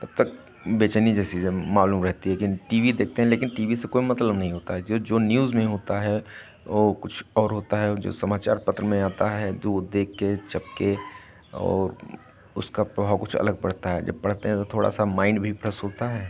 तब तक बेचैनी जैसी मालूम रहती है किन टी वी देखते हैं लेकिन टी वी से कोई मतलब नहीं होता है जे जो न्यूज़ में होता है वो कुछ और होता है जो समाचार पत्र में आता है तो वो देख के छपके और उसका प्रभाव कुछ अलग बढ़ता है जब पढ़ते हैं तो थोड़ा सा माइंड भी फ्रेश होता है